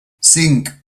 cinc